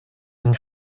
yng